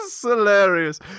Hilarious